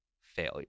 failure